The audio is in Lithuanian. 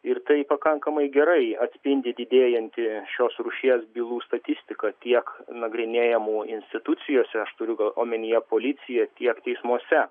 ir tai pakankamai gerai atspindi didėjantį šios rūšies bylų statistika tiek nagrinėjamų institucijose aš turiu gal omenyje policijoje tiek teismuose